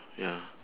ya